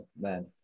man